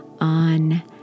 on